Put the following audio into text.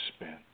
spent